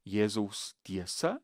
jėzaus tiesa